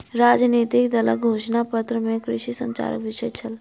राजनितिक दलक घोषणा पत्र में कृषि संचारक विषय छल